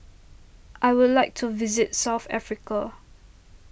I would like to visit South Africa